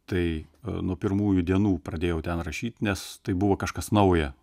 tai nuo pirmųjų dienų pradėjau ten rašyt nes tai buvo kažkas nauja